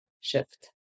shift